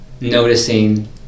noticing